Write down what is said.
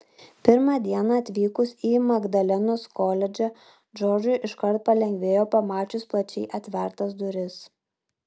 pirmą dieną atvykus į magdalenos koledžą džordžui iškart palengvėjo pamačius plačiai atvertas duris